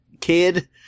kid